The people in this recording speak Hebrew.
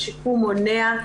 השיקום מונע,